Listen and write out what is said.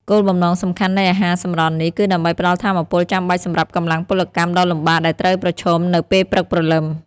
គោលបំណងសំខាន់នៃអាហារសម្រន់នេះ គឺដើម្បីផ្ដល់ថាមពលចាំបាច់សម្រាប់កម្លាំងពលកម្មដ៏លំបាកដែលត្រូវប្រឈមនៅពេលព្រឹកព្រលឹម។